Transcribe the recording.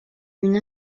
une